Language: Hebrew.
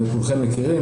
כולכם מכירים,